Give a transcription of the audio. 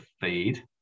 feed